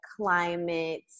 climate